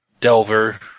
Delver